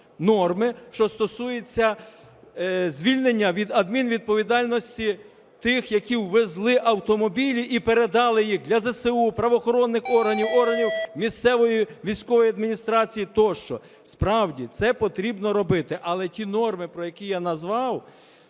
що стосується звільнення від адмінвідповідальності тих, які ввезли автомобілі і передали їх для ЗСУ, правоохоронних органів, органів місцевої військової адміністрації тощо. Справді, це потрібно робити, але ті норми, про які я назвав,